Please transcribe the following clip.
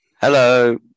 Hello